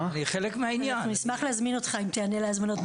אנחנו נשמח להזמין אותך אם תיענה להזמנות,